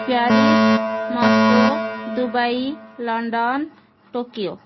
Paris Moscow Dubai London Tokyo